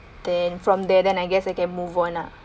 then from there then I guess I can move on lah